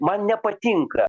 man nepatinka